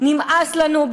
נמאס לנו.